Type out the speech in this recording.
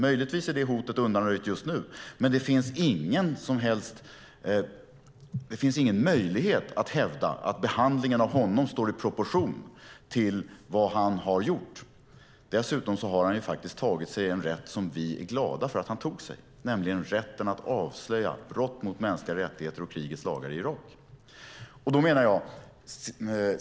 Möjligtvis är det hotet undanröjt just nu, men det finns ingen möjlighet att hävda att behandlingen av honom står i proportion till vad han har gjort. Dessutom har han tagit sig en rätt som vi är glada att han tog sig, nämligen rätten att avslöja brott mot mänskliga rättigheter och krigets lagar i Irak.